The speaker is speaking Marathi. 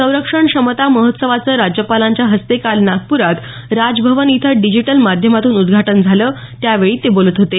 संरक्षण क्षमता महोत्सवाचं राज्यपालांच्या हस्ते काल नागप्रात राजभवन इथं डिजिटल माध्यमातून उद्घाटन झालं त्यावेळी ते बोलत होते